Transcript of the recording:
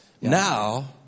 now